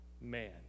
man